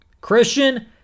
Christian